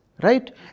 right